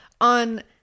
on